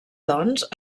doncs